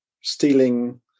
stealing